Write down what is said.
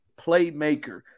playmaker